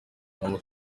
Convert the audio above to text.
umuntu